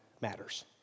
matters